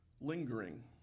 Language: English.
lingering